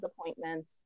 appointments